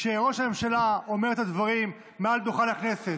כשראש הממשלה אומר את הדברים מעל דוכן הכנסת,